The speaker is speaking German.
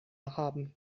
haben